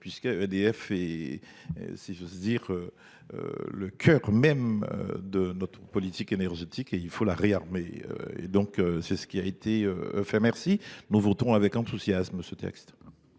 puisque EDF est, si j’ose dire, le cœur même de notre politique énergétique, et qu’il faut le réarmer. C’est ce qui a été fait, alors merci ! Nous voterons avec enthousiasme ce texte.